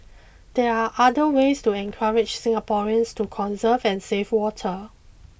there are other ways to encourage Singaporeans to conserve and save water